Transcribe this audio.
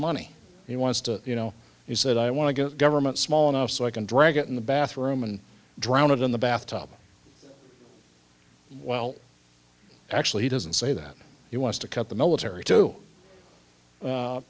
money he wants to you know he said i want to get government small enough so i can drag it in the bathroom and drown it in the bathtub well actually he doesn't say that he wants to cut the military to